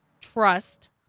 trust